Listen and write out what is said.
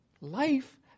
life